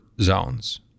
Zones